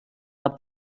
del